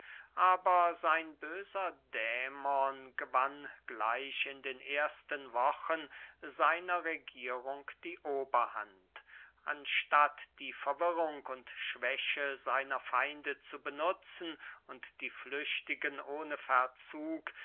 aber sein böser dämon gewann gleich in den ersten wochen seiner regierung die oberhand anstatt die verwirrung und schwäche seiner feinde zu benutzen und die flüchtigen ohne verzug